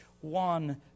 one